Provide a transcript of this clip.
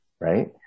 right